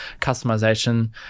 customization